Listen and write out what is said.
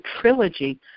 trilogy